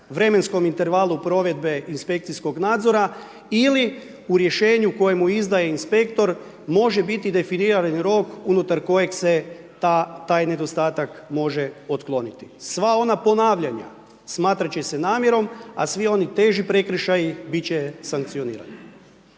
vremenskom intervalu provedbe inspekcijskog nadzora ili u rješenju koje mu izdaje inspektor može biti definiran rok unutar koje se taj nedostatak može otkloniti. Sva ona ponavljanja smatrat će se namjerom, a svi oni teži prekršaji bit će sankcionirani.